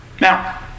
Now